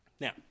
Now